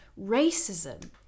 racism